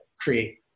create